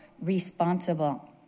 responsible